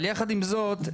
אבל יחד עם זאת,